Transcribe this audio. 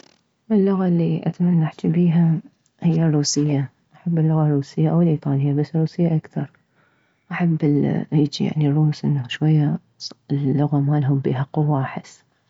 اللغة اللي اتمنى احجي بيها هي الروسية احب اللغة الروسية او الايطالية بس الروسية اكثر احب هيجي الروس انه شوية اللغة مالهم بيها قوة احس